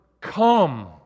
come